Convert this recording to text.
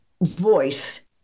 voice